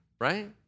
right